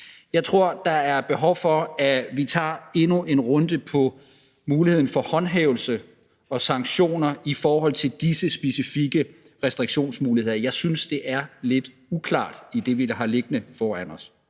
Jeg tror, der er behov for, at vi tager endnu en runde om muligheden for håndhævelse og sanktioner i forhold til disse specifikke reaktionsmuligheder. Jeg synes, det er lidt uklart i det, vi har liggende foran os.